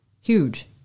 huge